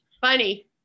funny